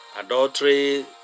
Adultery